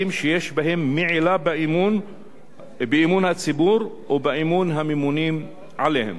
שיש בהם מעילה באמון הציבור או באמון הממונים עליהם".